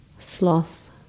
sloth